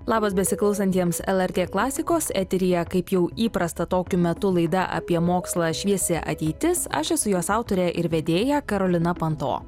labas besiklausantiems lrt klasikos eteryje kaip jau įprasta tokiu metu laida apie mokslą šviesi ateitis aš esu jos autorė ir vedėja karolina panto